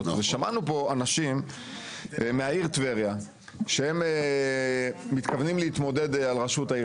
ושמענו פה אנשים מהעיר טבריה שהם מתכוונים להתמודד על ראשות העיר